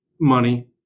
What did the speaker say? money